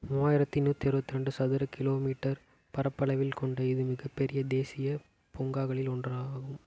மூவாயிரத்தி நூற்றி அறுபத்ரெண்டு சதுர கிலோமீட்டர் பரப்பளவில் கொண்ட இது மிகப்பெரிய தேசிய பூங்காக்களில் ஒன்றாகும்